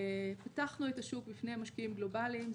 פתחנו את השוק בפני משקיעים גלובאליים.